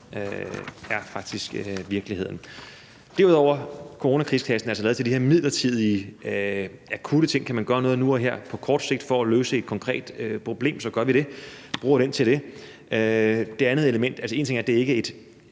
er faktisk virkeligheden. Coronakrigskassen er altså lavet til de her midlertidige akutte ting. Kan man gøre noget nu og her på kort sigt for at løse et konkret problem, så gør vi det og bruger den til det. Én ting er, at det ikke er et